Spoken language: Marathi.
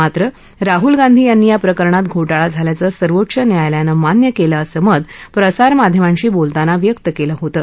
मात्र राहुल गांधी यांनी या प्रकरणात घोटाळा झाल्याचं सर्वोच्च न्यायालयानं मान्य कलि असं मत प्रसारमाध्यमांशी बोलताना व्यक्त कलि होतं